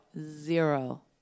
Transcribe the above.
Zero